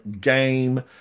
game